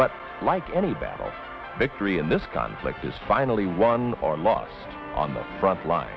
but like any battle victory in this conflict is finally won or lost on the frontline